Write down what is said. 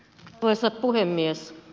arvoisa puhemies